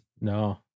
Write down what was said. No